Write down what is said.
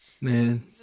Man